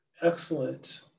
Excellent